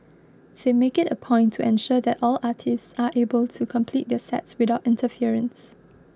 they make it a point to ensure that all artists are able to complete their sets without interference